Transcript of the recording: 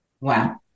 Wow